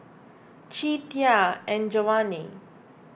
Che Tia and Giovanny